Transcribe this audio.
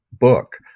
book